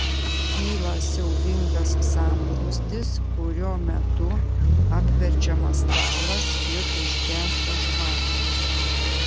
kyla siaubingas sambrūzdis kurio metu apverčiamas stalas ir užgęsta žvakės